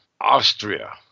austria